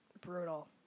brutal